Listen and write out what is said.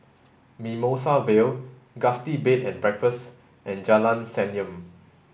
Mimosa Vale Gusti Bed and Breakfast and Jalan Senyum